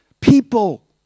people